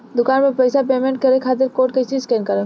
दूकान पर पैसा पेमेंट करे खातिर कोड कैसे स्कैन करेम?